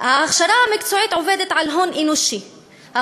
ההכשרה המקצועית עובדת על הון אנושי,